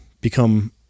become